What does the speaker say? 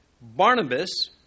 Barnabas